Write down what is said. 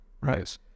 right